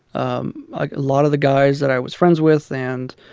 um a lot of the guys that i was friends with and